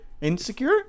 insecure